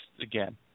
again